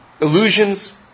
illusions